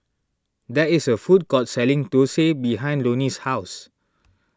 there is a food court selling Dosa behind Loney's house